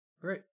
Great